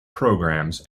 programmes